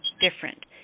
different